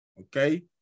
okay